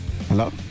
Hello